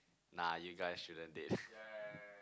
nah you guys shouldn't date